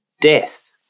death